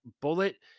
Bullet